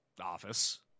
office